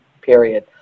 period